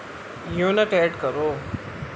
unit add کرو